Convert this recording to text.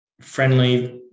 friendly